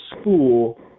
school